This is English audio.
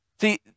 See